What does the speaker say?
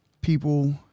people